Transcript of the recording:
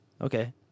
okay